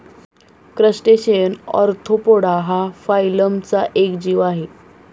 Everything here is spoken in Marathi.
क्रस्टेसियन ऑर्थोपोडा हा फायलमचा एक जीव आहे